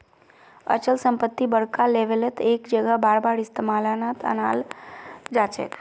अचल संपत्ति बड़का लेवलत एक जगह बारबार इस्तेमालत अनाल जाछेक